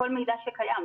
כל מידע שקיים,